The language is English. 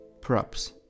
props